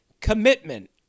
Commitment